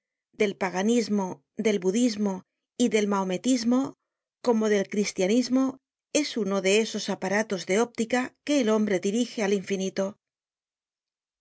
del paganismo delrbudisnjfe y del mahometismo como del cristianismo es uno de esos aparatos de óptica que el hombre dirige al infinito no